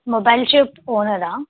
mobile shop ఓనరా